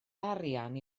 arian